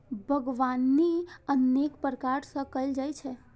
बागवानी अनेक प्रकार सं कैल जाइ छै